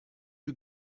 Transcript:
you